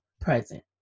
present